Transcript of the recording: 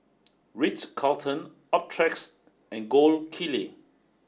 Ritz Carlton Optrex and Gold Kili